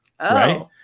Right